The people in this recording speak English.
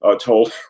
told